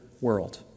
world